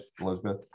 Elizabeth